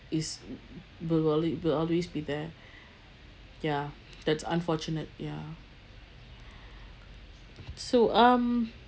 is will alwa~ will always be there ya that's unfortunate ya so um